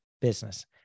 business